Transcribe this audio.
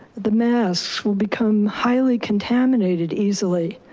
the mass will become highly contaminated easily.